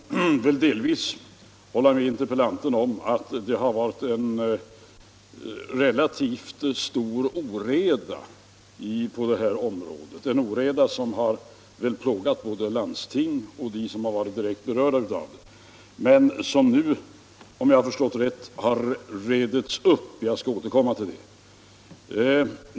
Herr talman! Jag kan väl delvis hålla med interpellanten om att det varit en relativt stor oreda på det här området; en oreda som plågat både landsting och de som varit direkt berörda av den. Men den har nu, om jag förstått saken rätt, retts upp. Jag skall återkomma till det.